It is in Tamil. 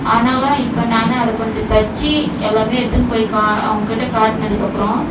ஆனாலும் இப்போ நான் அதை கொஞ்சம் தச்சு எல்லாமே எடுத்துன்னு போய் கா அவங்கக்கிட்ட காட்னதுக்கப்புறம்